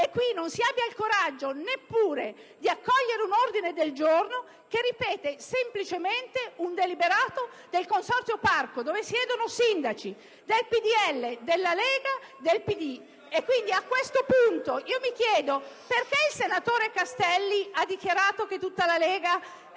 e qui non si abbia neppure il coraggio di accogliere un ordine del giorno che ripete semplicemente un deliberato del Consorzio del Parco, nel quale siedono sindaci del PdL, della Lega e del PD. A questo punto, mi chiedo perché il senatore Castelli abbia dichiarato che tutta la Lega